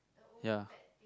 ya